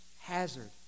Hazard